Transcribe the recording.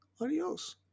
adios